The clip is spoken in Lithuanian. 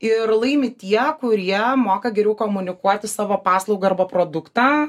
ir laimi tie kurie moka geriau komunikuoti savo paslaugą arba produktą